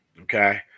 Okay